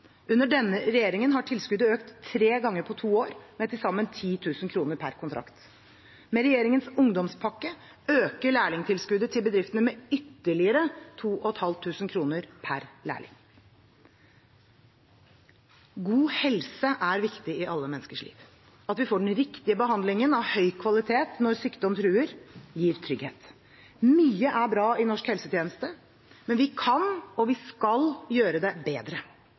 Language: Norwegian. Under denne regjeringen har tilskuddet økt tre ganger på to år, med til sammen 10 000 kr per kontrakt. Med regjeringens ungdomspakke øker lærlingtilskuddet til bedriftene med ytterligere 2 500 kr per lærling. God helse er viktig i alle menneskers liv. At vi får den riktige behandlingen – av høy kvalitet – når sykdom truer, gir trygghet. Mye er bra i norsk helsetjeneste, men vi kan og skal gjøre det bedre.